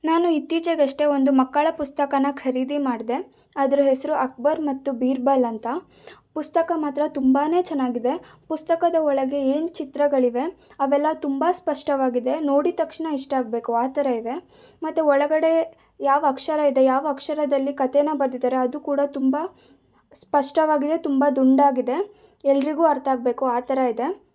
ನಾನು ಇತ್ತೀಚೆಗಷ್ಟೇ ಒಂದು ಮಕ್ಕಳ ಪುಸ್ತಕನ ಖರೀದಿ ಮಾಡಿದೆ ಅದರ ಹೆಸರು ಅಕ್ಭರ್ ಮತ್ತು ಬೀರ್ಬಲ್ ಅಂತ ಪುಸ್ತಕ ಮಾತ್ರ ತುಂಬ ಚೆನ್ನಾಗಿದೆ ಪುಸ್ತಕದ ಒಳಗೆ ಏನು ಚಿತ್ರಗಳಿವೆ ಅವೆಲ್ಲ ತುಂಬ ಸ್ಪಷ್ಟವಾಗಿದೆ ನೋಡಿ ತಕ್ಷಣ ಇಷ್ಟ ಆಗಬೇಕು ಆ ಥರ ಇವೆ ಮತ್ತು ಒಳಗಡೆ ಯಾವ ಅಕ್ಷರ ಇದೆ ಯಾವ ಅಕ್ಷರದಲ್ಲಿ ಕಥೆನ ಬರ್ದಿದ್ದಾರೆ ಅದು ಕೂಡ ತುಂಬ ಸ್ಪಷ್ಟವಾಗಿದೆ ತುಂಬ ದುಂಡಾಗಿದೆ ಎಲ್ಲರಿಗೂ ಅರ್ಥ ಆಗಬೇಕು ಆ ಥರ ಇದೆ